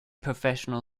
professional